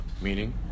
meaning